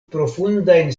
profundajn